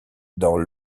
dans